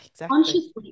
consciously